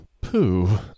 pooh